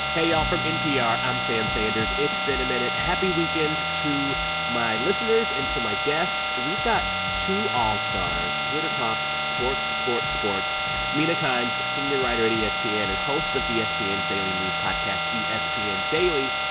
hey, y'all. from npr, i'm sam sanders. it's been a minute. happy weekend to my listeners and to my guests. we've got two all-stars and here to talk sports, sports, sports mina kimes, senior writer at yeah espn yeah and and host of espn's daily news podcast espn ah daily,